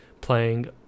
playing